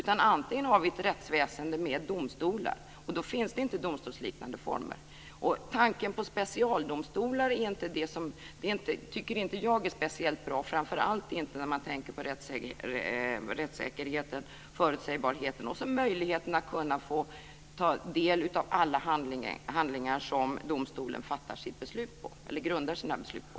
Vi kan ha ett rättsväsende med domstolar, och då finns det inte domstolsliknande former. Tanken på specialdomstolar tycker jag inte är speciellt bra, framför allt inte när man tänker på rättssäkerheten, förutsägbarheten och möjligheten att få ta del av alla handlingar som domstolen grundar sina beslut på.